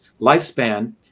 lifespan